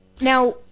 now